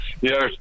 Yes